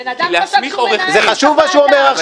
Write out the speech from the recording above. הבן אדם חושב שהוא מנהל את הוועדה.